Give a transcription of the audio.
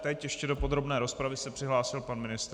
Teď se ještě do podrobné rozpravy přihlásil pan ministr.